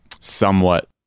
somewhat